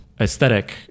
aesthetic